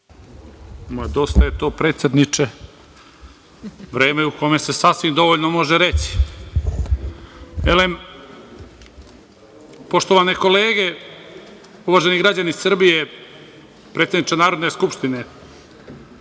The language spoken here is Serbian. Dosta je to, predsedniče, vreme u kojem se sasvim dovoljno može reći. Poštovane kolege, uvaženi građani Srbije, predsedniče Narodne skupštine,